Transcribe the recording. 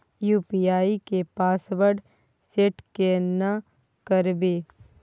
UPI के password set केना करबे?